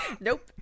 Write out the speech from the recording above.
Nope